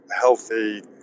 healthy